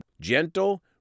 gentle